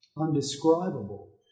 undescribable